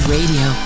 Radio